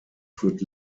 führt